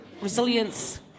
Resilience